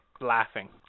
laughing